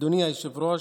אדוני היושב-ראש,